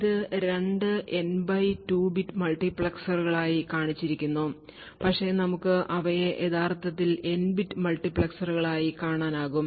ഇത് രണ്ട് N by 2 bit മൾട്ടിപ്ലക്സറുകളായി കാണിച്ചിരിക്കുന്നു പക്ഷേ നമുക്ക് അവയെ യഥാർത്ഥത്തിൽ എൻ ബിറ്റ് മൾട്ടിപ്ലക്സറുകളായി കാണാനാകും